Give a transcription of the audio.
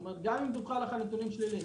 כלומר גם אם דווחו עליך נתונים שליליים,